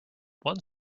one